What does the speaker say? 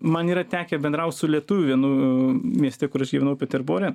man yra tekę bendraut su lietuviu vienu mieste kur aš gyvenau peterbore